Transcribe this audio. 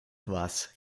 was